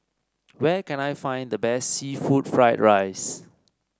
where can I find the best seafood Fried Rice